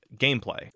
gameplay